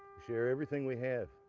share everything we have,